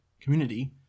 community